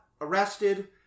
arrested